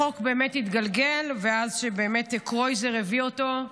החוק באמת התגלגל, וכשקרויזר הביא אותו,